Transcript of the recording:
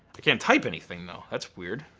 can't type anything though. that's weird.